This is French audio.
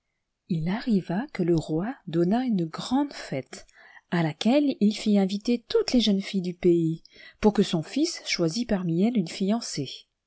il arriva que le roi donna une grande fête à laquelle il fit inviter toutes les jeunes filles du pays pour que son fils choisît parmi elles une fiancée